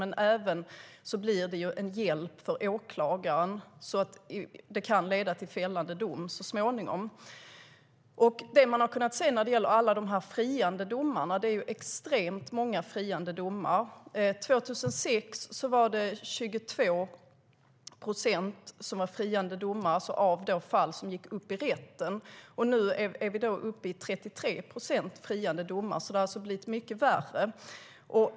Men det blir även en hjälp för åklagaren så att det kan leda till fällande dom så småningom. Det är extremt många friande domar. År 2006 var 22 procent av de fall som gick upp i rätten friande domar. Nu är vi uppe i 33 procent friande domar. Det har alltså blivit mycket värre.